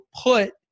put